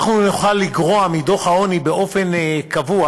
אנחנו נוכל לגרוע מדוח העוני באופן קבוע